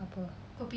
apa